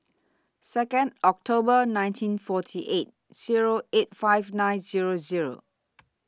Second October nineteen forty eight Zero eight five nine Zero Zero